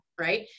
right